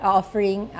offering